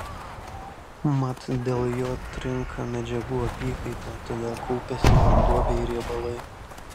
mat dėl jo trinka medžiagų apykaita todėl kaupiasi vanduo bei riebalai